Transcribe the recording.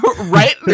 Right